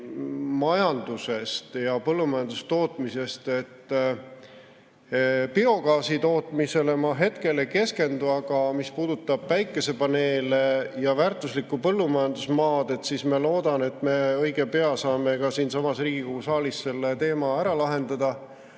energiamajandusest ja põllumajandustootmisest. Biogaasitootmisele ma hetkel ei keskendu, aga mis puudutab päikesepaneele ja väärtusliku põllumajandusmaad, siis ma loodan, et me õige pea saame siinsamas Riigikogu saalis selle teema ära lahendada.